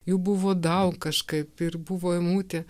jų buvo daug kažkaip ir buvo emutė